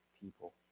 people